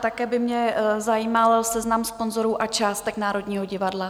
Také by mě zajímal seznam sponzorů a částek Národního divadla.